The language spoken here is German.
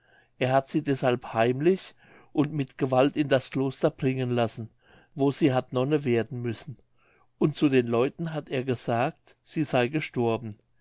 er hat sie deshalb heimlich und mit gewalt in das kloster bringen lassen wo sie hat nonne werden müssen und zu den leuten hat er gesagt sie sey gestorben